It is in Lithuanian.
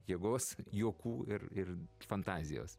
jėgos juokų ir ir fantazijos